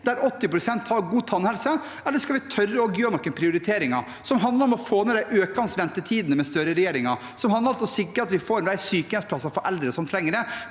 når 80 pst. har god tannhelse? Eller skal vi tørre å gjøre noen prioriteringer – som handler om å få ned de økende ventetidene under Støre-regjeringen, og som handler om å sikre at vi får flere sykehjemsplasser for eldre som trenger det?